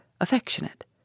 affectionate